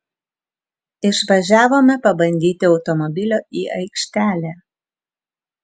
išvažiavome pabandyti automobilio į aikštelę